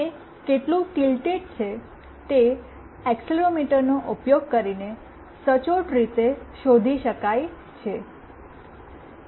તે કેટલું ટિલ્ટેડ છે તે એક્સેલેરોમીટરનો ઉપયોગ કરીને સચોટ રીતે શોધી શકાય છે